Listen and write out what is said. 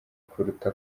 kuruta